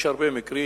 יש הרבה מקרים,